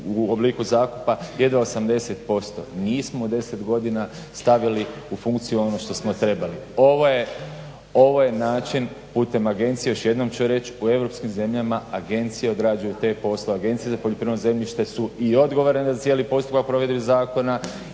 u obliku zakupa, jedva 80%. Nismo u 10 godina stavili u funkciju ono što smo trebali, ovo je način putem agencije. Još jednom ću reć u Europskim zemljama agencije odrađuju te poslove. Agencije za poljoprivredno zemljište su i odgovorne za cijeli postupak provedbi zakona